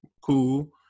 cool